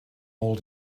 all